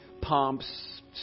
pumps